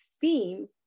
theme